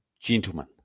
gentlemen